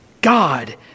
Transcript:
God